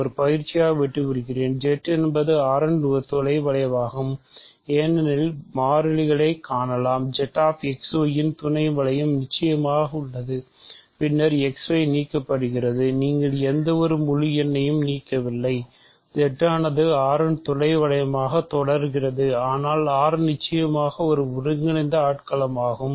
R இன் characteristic 0ஆகும்